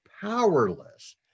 powerless